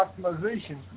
optimization